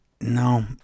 No